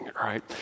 right